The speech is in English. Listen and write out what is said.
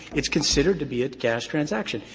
it's considered to be a cash transaction.